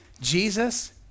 Jesus